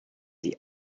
the